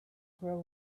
grow